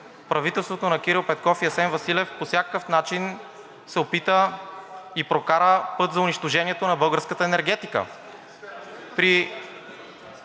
правителството на Кирил Петков и Асен Василев по всякакъв начин се опита и прокара път за унищожението на българската енергетика.